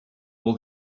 all